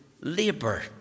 labour